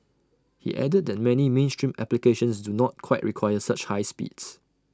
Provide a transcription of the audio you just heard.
he added that many mainstream applications do not quite require such high speeds